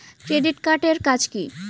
Credit card এর কাজ কি?